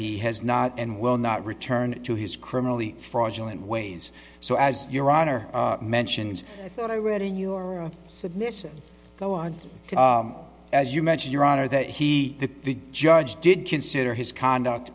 he has not and will not return to his criminally fraudulent ways so as your honor mentions i thought i read in your submission go on as you mentioned your honor that he that the judge did consider his conduct